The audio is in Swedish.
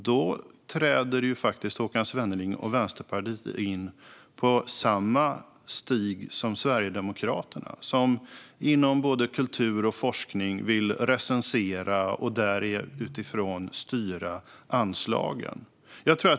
Då träder Håkan Svenneling och Vänsterpartiet in på samma stig som Sverigedemokraterna, som inom både kultur och forskning vill recensera och utifrån det styra anslagen.